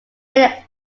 many